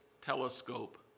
Telescope